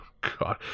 God